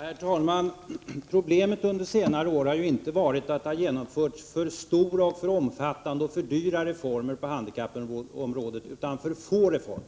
Herr talman! Problemet under senare år har ju inte varit att det har genomförts för stora, för omfattande och för dyra reformer på handikappområdet, utan för få reformer.